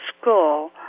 school